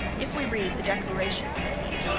if we read the declaration, said he,